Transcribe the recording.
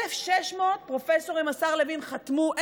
1,600 פרופסורים, השר לוין, חתמו.